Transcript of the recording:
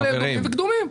מעלה אדומים וקדומים.